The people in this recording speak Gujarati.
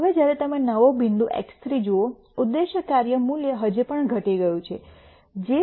હવે જ્યારે તમે નવો બિંદુ x3 જુઓ ઉદ્દેશ્ય કાર્ય મૂલ્ય હજી પણ ઘટી ગયું છે જે તે 2